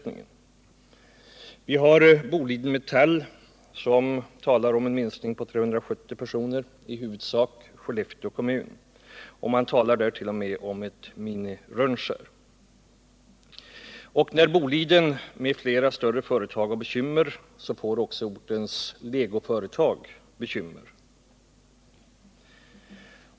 Vidare hotas Boliden Metall av en personalminskning med 370 personer i huvudsak i Skellefteå kommun. Man talar t.o.m. om ett Mini-Rönnskär. När Boliden m.fl. större företag har bekymmer drabbas också ortens legoföretag.